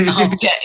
Okay